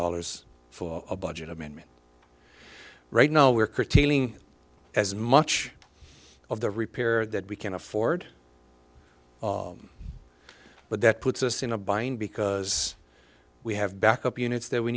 dollars for a budget amendment right now we're curtailing as much of the repair that we can afford but that puts us in a bind because we have backup units that we